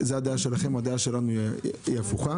זאת הדעה שלכם אבל הדעה שלנו היא הפוכה,